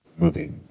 movie